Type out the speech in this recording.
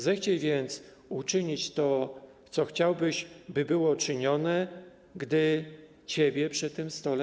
Zechciej więc uczynić to, co chciałbyś, by było czynione, gdy ciebie przy tym stole